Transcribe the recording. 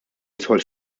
jidħol